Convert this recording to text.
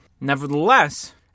Nevertheless